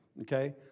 okay